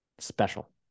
special